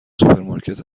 سوپرمارکت